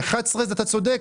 ב-(11) אתה צודק,